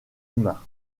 humain